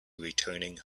returning